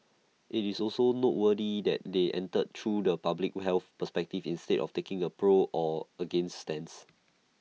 IT is also noteworthy that they entered through the public health perspective instead of taking A pro or against stance